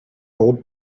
old